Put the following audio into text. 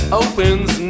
opens